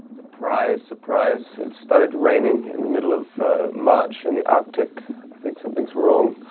surprise, surprise, it started raining in the middle of march in the arctic i think something's wrong.